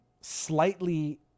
slightly